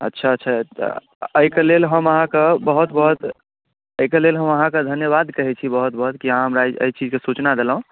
अच्छा अच्छा तऽ एहि के लेल हम अहाँके बहुत बहुत एहि के लेल हम अहाँके धन्यवाद कहै छी बहुत बहुत कि अहाँ हमरा एहि चीज के सूचना देलहुॅं